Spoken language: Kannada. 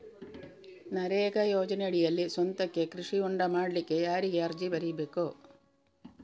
ನರೇಗಾ ಯೋಜನೆಯಡಿಯಲ್ಲಿ ಸ್ವಂತಕ್ಕೆ ಕೃಷಿ ಹೊಂಡ ಮಾಡ್ಲಿಕ್ಕೆ ಯಾರಿಗೆ ಅರ್ಜಿ ಬರಿಬೇಕು?